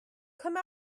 come